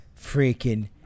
freaking